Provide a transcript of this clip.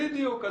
בדיוק.